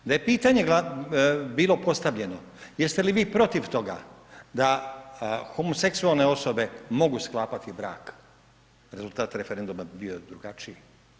Da je pitanje bilo postavljeno jeste li vi protiv toga da homoseksualne osobe mogu sklapati brak, rezultat referenduma bi bio drugačiji.